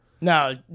No